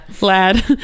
Lad